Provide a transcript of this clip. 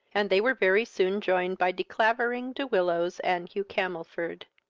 and they were very soon joined by de clavering, de willows, and hugh camelford.